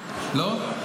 לא?